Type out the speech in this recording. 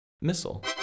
missile